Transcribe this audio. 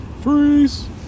Freeze